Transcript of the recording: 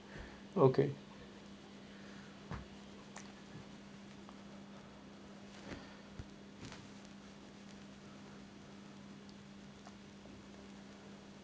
okay